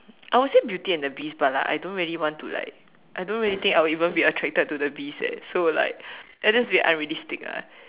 I would say beauty and beast but like I don't really want to like I don't really think I will even be attracted to the beast eh so like and that's a bit unrealistic lah